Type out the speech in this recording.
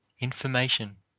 information